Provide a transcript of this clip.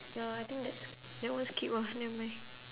ya I think that's that one skip ah nevermind